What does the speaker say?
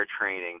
training